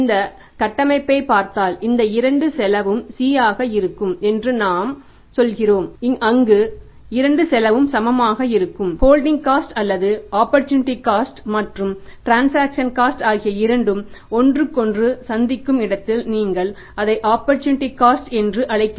இந்த கட்டமைப்பைப் பார்த்தால் இந்த இரண்டு செலவும் C ஆக இருக்கும் என்று நாம் சொல்கிறோம் அங்கு இரண்டு செல்லவும் சமமாக இருக்கும்